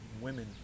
women